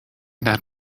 that